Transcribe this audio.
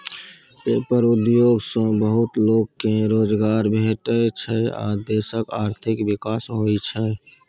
paper उद्योग सँ बहुत लोक केँ रोजगार भेटै छै आ देशक आर्थिक विकास होइ छै